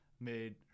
made